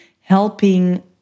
helping